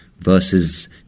versus